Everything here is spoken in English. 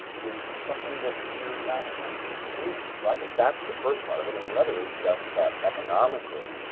is something that we're not accustomed to doing. so i think that's the first part. and and the other is just that economically,